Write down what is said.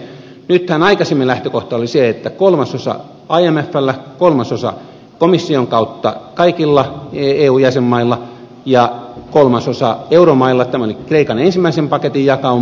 nythän aikaisemmin lähtökohta oli se että kolmasosa on imfllä kolmasosa komission kautta kaikilla eu jäsenmailla ja kolmasosa euromailla tämä oli kreikan ensimmäisen paketin jakauma